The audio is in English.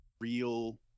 real